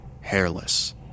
hairless